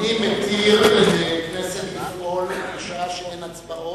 אני מתיר לכנסת לפעול בשעה שאין הצבעות,